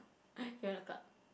you want to club